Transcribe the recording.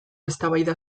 eztabaida